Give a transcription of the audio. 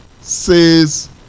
says